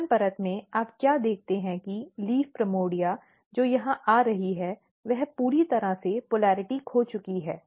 L 1 परत में आप क्या देखते हैं कि पत्ती प्राइमोर्डिया जो यहां आ रही है वह पूरी तरह से ध्रुवीयता खो चुकी है